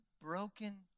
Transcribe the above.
broken